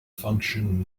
function